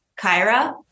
Kyra